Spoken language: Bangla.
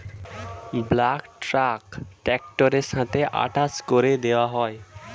বাল্ক ট্যাঙ্ক ট্র্যাক্টরের সাথে অ্যাটাচ করে দেওয়া হয়